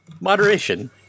moderation